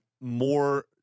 more